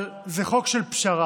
אבל זה חוק של פשרה.